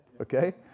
Okay